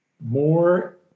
more